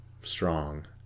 strong